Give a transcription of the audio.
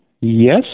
Yes